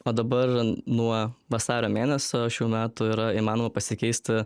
o dabar nuo vasario mėnesio šių metų yra įmanoma pasikeisti